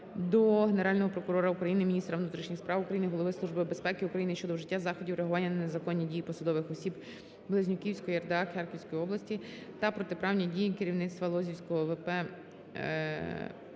до Генерального прокурора України, міністра внутрішніх справ України, Голови Служби безпеки України щодо вжиття заходів реагування на незаконні дії посадових осіб Близнюківської РДА Харківської області та протиправні дії керівництва Лозівського ВП